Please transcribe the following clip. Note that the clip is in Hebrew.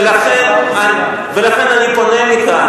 ולכן אני פונה מכאן,